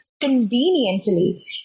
Conveniently